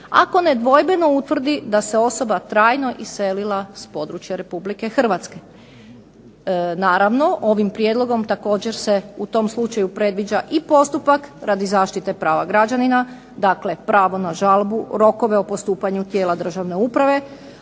ako nedvojbeno utvrdi da se osoba trajno iselila s područja Republike Hrvatske. Naravno ovim prijedlogom također se u tom slučaju predviđa i postupak radi zaštite prava građanina, dakle pravo na žalbu, rokove o postupanju tijela državne uprave,